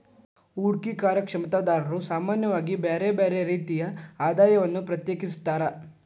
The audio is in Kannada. ಹೂಡ್ಕಿ ಕಾರ್ಯಕ್ಷಮತಾದಾರ್ರು ಸಾಮಾನ್ಯವಾಗಿ ಬ್ಯರ್ ಬ್ಯಾರೆ ರೇತಿಯ ಆದಾಯವನ್ನ ಪ್ರತ್ಯೇಕಿಸ್ತಾರ್